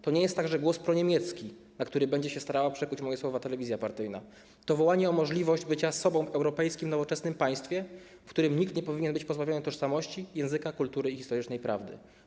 To nie jest także głos proniemiecki, na który będzie się starała przekuć moje słowa telewizja partyjna, to wołanie o możliwość bycia sobą w europejskim nowoczesnym państwie, w którym nikt nie powinien być pozbawiony tożsamości, języka, kultury i historycznej prawdy.